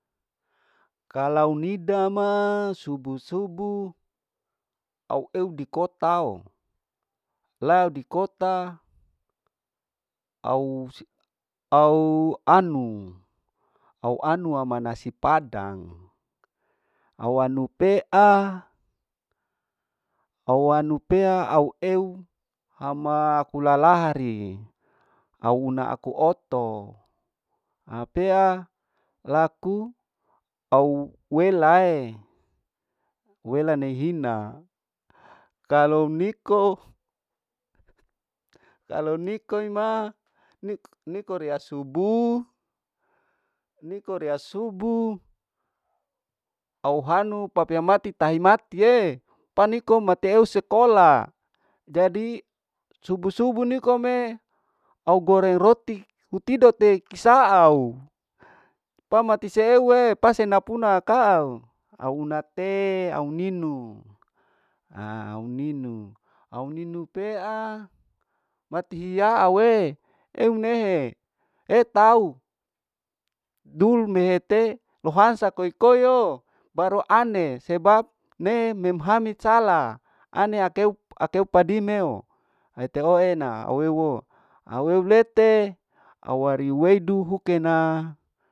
Kalau nida ma. subu subu au eu dikotau au se au hanuee au anuwa nasi padang awanu pea, au anu pea au eu ama kulalahri ee, au una aku oto apea laku au wela ee wela nei hina kalao niko, kalao niko maima niko rea subuh, niko rea subuh au hanu papea mati tahi matie pa niko mateu sekola jadi subuh subuh nikome au goreng roti hutidote kisaau pa mati seewe pasenapana kaau, au una teau ninuaa au ninu, au ninu pea mati hiya awwe eunehe etau dul mehete mehansa koi koioo baru ane sebab nehe nenhamid sala ane akeu, akeu padineo eteo ena awew woo awew lete aweri weduhu kenaa.